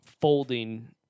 folding